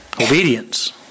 obedience